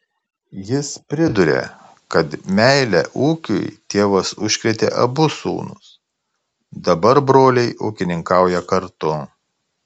jis priduria kad meile ūkiui tėvas užkrėtė abu sūnus dabar broliai ūkininkauja kartu